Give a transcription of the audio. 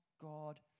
God